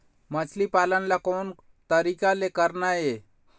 मछली पालन ला कोन तरीका ले करना ये?